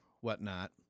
whatnot